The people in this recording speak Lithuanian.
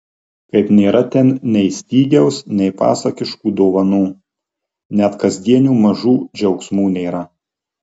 kaip nėra ten nei stygiaus nei pasakiškų dovanų net kasdienių mažų džiaugsmų nėra